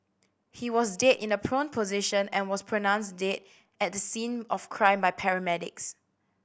he was dead in a prone position and was pronounced dead at the scene of crime by paramedics